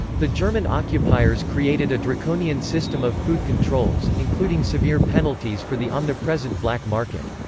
the german occupiers created a draconian system of food controls, including severe penalties for the omnipresent black market.